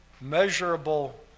measurable